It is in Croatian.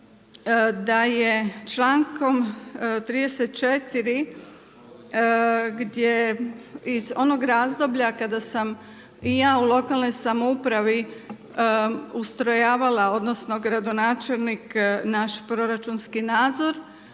da je člankom 34. gdje iz onog razdoblja kada sam i ja u lokalnoj samoupravi ustrojavala, odnosno gradonačelnik naš proračunski nadzor,